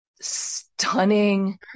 stunning